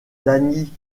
danny